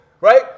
right